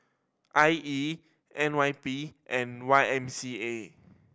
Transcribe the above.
I E N Y P and Y M C A